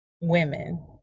women